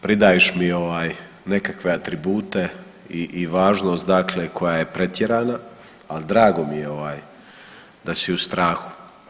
Pridaješ mi nekakve atribute i važnost dakle koja je pretjerana, ali drago mi je da si u strahu.